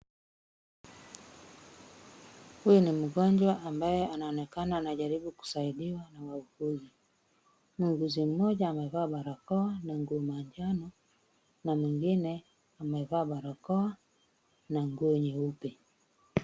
Huyu ni mgonjwa ambaye anaoenakana anajaribu kusaidiwa na wauguzi. Muuguzi mmoja amevaa barakoa na nguo manjano na mwingine amevaa barakoa na nguo nyeupe.